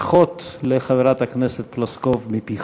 ברכות לחברת הכנסת פלוסקוב מפיך.